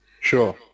Sure